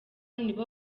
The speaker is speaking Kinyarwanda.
nibo